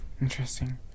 Interesting